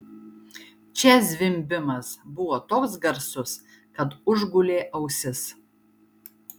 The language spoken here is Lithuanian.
čia zvimbimas buvo toks garsus kad užgulė ausis